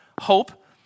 Hope